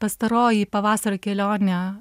pastaroji pavasario kelionė